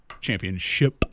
Championship